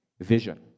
vision